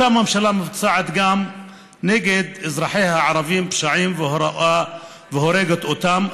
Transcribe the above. אותה ממשלה מבצעת גם נגד אזרחיה הערבים פשעים והורגת אותם,